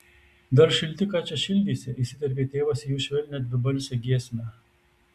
dar šilti ką čia šildysi įsiterpė tėvas į jų švelnią dvibalsę giesmę